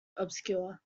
obscure